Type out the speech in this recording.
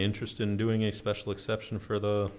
interest in doing a special exception for the